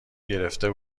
گرفته